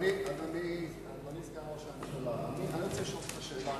אדוני סגן ראש הממשלה, אני רוצה לשאול אותך שאלה.